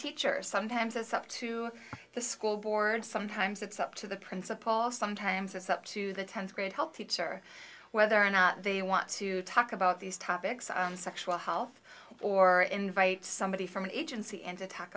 teachers sometimes it's up to the school board sometimes it's up to the principal of sometimes it's up to the tenth grade health teacher whether or not they want to talk about these topics on sexual health or invite somebody from an agency and to talk